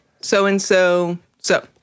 so-and-so-so